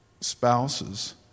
spouses